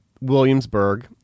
Williamsburg-